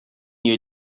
you